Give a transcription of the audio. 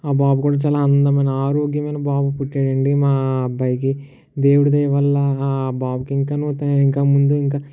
ఆ బాబు కూడా చాలా అందమైన ఆరోగ్యమైన బాబు పుట్టాడండి మా అబ్బాయికి దేవుడు దయవల్ల ఆ బాబుకి ఇంకా నుత ఇంకా ముందు ఇంకా